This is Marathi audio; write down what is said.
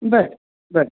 बरं बरं